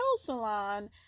salon